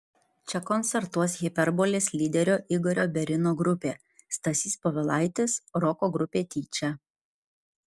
čia koncertuos hiperbolės lyderio igorio berino grupė stasys povilaitis roko grupė tyčia